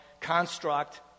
construct